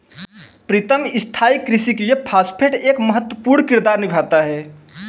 प्रीतम स्थाई कृषि के लिए फास्फेट एक महत्वपूर्ण किरदार निभाता है